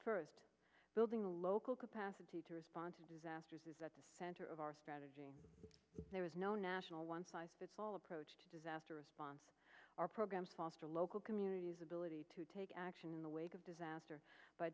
first building the local capacity to respond to disasters is at the center of our strategy there is no national one size fits all approach to disaster response our programs foster local communities ability to take action in the wake of disaster by